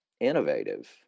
innovative